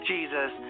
Jesus